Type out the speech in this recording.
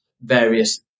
various